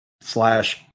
slash